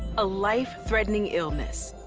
a life-threatening illness.